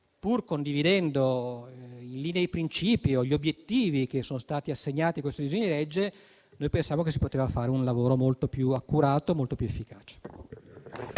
Pur condividendo in linea di principio gli obiettivi che sono stati assegnati a questo disegno di legge, pensiamo che si sarebbe potuto fare un lavoro molto più accurato e molto più efficace.